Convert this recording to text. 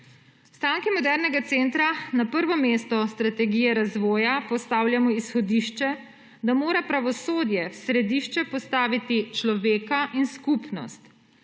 Stanki modernega centra na prvo mesto strategije razvoja postavljamo izhodišče, da mora pravosodje v središče postaviti človeka in skupnost.